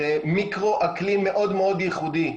זה מיקרו אקלים מאוד מאוד ייחודי.